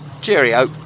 Cheerio